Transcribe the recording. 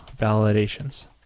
validations